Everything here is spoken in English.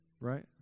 right